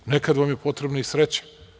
Nekad vam je potrebna i sreća.